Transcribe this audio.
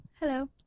Hello